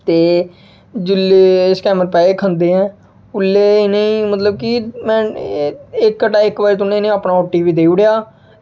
ते जेल्लै एह् स्कैमर पैसे खंदे ऐं उल्लै इ'नें गी मतलब कि इक बार तुं'दे अपना इ'नें ओ टी पी देई ओड़ेआ